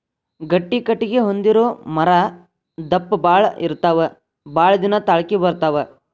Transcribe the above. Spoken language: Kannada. ಗಟ್ಟಿ ಕಟಗಿ ಹೊಂದಿರು ಮರಾ ದಪ್ಪ ಬಾಳ ಇರತಾವ ಬಾಳದಿನಾ ತಾಳಕಿ ಬರತಾವ